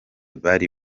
bari